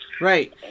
Right